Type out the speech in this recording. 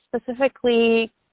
specifically